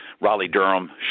Raleigh-Durham